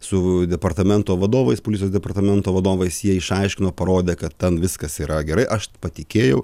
su departamento vadovais policijos departamento vadovais jie išaiškino parodė kad ten viskas yra gerai aš patikėjau